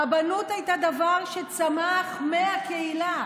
הרבנות הייתה דבר שצמח מהקהילה,